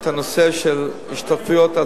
בימים אלו אני בודק את הנושא של השתתפויות עצמיות.